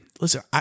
Listen